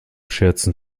scherzen